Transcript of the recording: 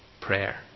prayer